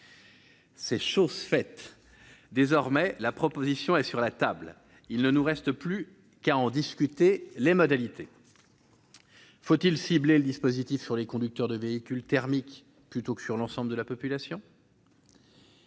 C'est chose faite : désormais, la proposition est sur la table. Il ne nous reste plus qu'à en discuter les modalités. Faut-il cibler le dispositif sur les conducteurs de véhicules thermiques, plutôt que sur l'ensemble de la population ?